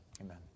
amen